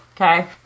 Okay